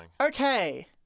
Okay